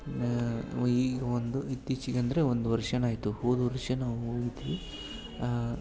ಈಗ ಒಂದು ಇತ್ತೀಚಿಗಂದರೆ ಒಂದು ವರ್ಷನೇ ಆಯಿತು ಹೋದ ವರ್ಷ ನಾವು ಹೋಗಿದ್ವಿ